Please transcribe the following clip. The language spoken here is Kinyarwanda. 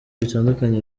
bitandukanye